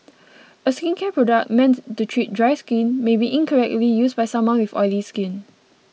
a skincare product meant to treat dry skin may be incorrectly used by someone with oily skin